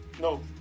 No